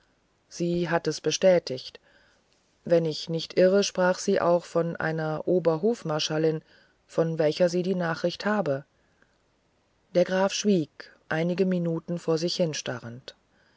sie hat es bestätigt wenn ich nicht irre sprach sie auch von einer oberhofmarschallin von welcher sie die nachricht habe der graf schwieg einige minuten vor sich